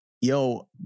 Yo